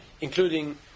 including